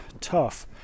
tough